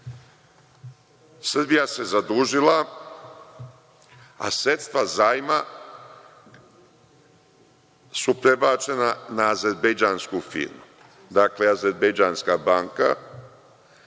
bilo. Srbija se zadužila, a sredstva zajma su prebačena na azerbejdžansku firmu. Dakle, azerbejdžanska banka,